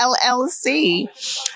LLC